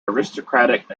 aristocratic